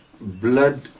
blood